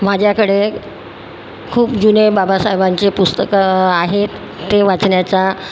माझ्याकडे खूप जुने बाबासाहेबांचे पुस्तकं आहेत ते वाचण्याचा